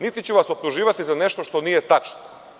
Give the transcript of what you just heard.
Niti ću vas optuživati za nešto što nije tačno.